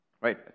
right